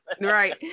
right